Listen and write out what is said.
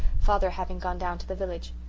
father having gone down to the village.